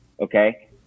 Okay